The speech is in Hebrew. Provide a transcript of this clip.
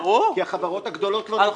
ברור כי החברות הגדולות כבר נמצאות בחוץ.